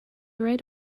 write